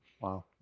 Wow